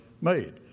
made